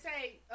say